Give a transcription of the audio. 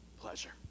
pleasure